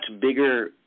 bigger